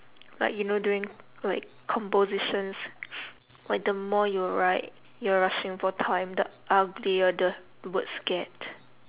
like you know during like compositions like the more you write you're rushing for time the uglier the words get